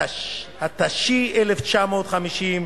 התש"י 1950,